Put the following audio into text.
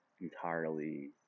entirely